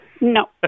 No